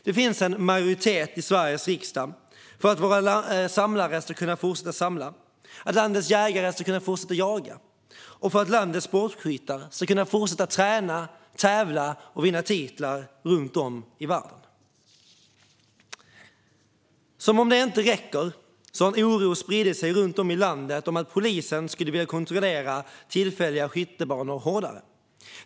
Det finns en majoritet i Sveriges riksdag för att våra samlare ska kunna fortsätta samla, för att landets jägare ska kunna fortsätta jaga och för att landets sportskyttar ska kunna fortsätta träna, tävla och vinna titlar runt om i världen. Som om det inte räcker har en oro spridit sig runt om i landet för att polisen skulle vilja kontrollera tillfälliga skyttebanor hårdare.